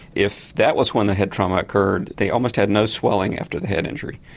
if that was when the head trauma occurred they almost had no swelling after the head injury.